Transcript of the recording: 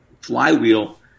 flywheel